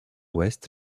ouest